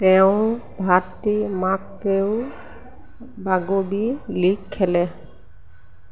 তেওঁ ভাতৃ মাকেও বাগবি লীগ খেলে